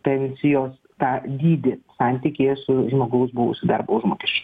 pensijos tą dydį santykyje su žmogaus buvusiu darbo užmokesčiu